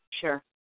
Sure